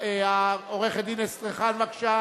עורכת-הדין אסטרחן, בבקשה.